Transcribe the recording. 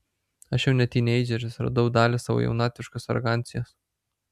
aš jau ne tyneidžeris radau dalį savo jaunatviškos arogancijos